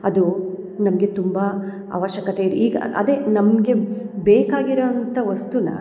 ಅದು ನಮಗೆ ತುಂಬಾ ಆವಶ್ಯಕತೆ ಇದೆ ಈಗ ಅದೇ ನಮಗೆ ಬೇಕಾಗಿರೋ ಅಂತ ವಸ್ತುನ